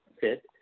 fit